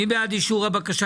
מי בעד אישור הבקשה?